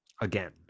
again